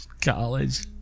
College